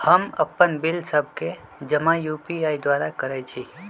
हम अप्पन बिल सभ के जमा यू.पी.आई द्वारा करइ छी